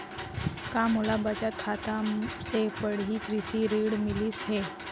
का मोला बचत खाता से पड़ही कृषि ऋण मिलिस जाही?